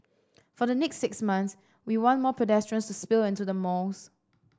for the next six months we want more pedestrians to spill into the malls